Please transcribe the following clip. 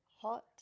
hot